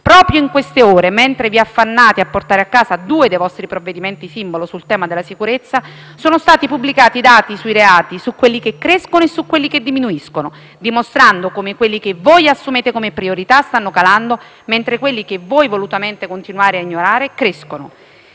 proprio in queste ore, mentre vi affannate a portare a casa due dei vostri provvedimenti simbolo sul tema della sicurezza, sono stati pubblicati i dati sui reati, su quelli che crescono e su quelli che diminuiscono, dimostrando come quelli che voi assumete come priorità stanno calando, mentre quelli che voi volutamente continuate a ignorare crescono.